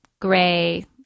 Gray